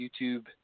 YouTube